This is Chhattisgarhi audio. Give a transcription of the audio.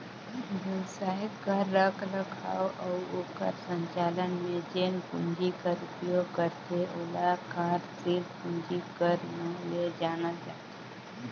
बेवसाय कर रखरखाव अउ ओकर संचालन में जेन पूंजी कर उपयोग करथे ओला कारसील पूंजी कर नांव ले जानल जाथे